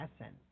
essence